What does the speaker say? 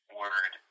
word